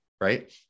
right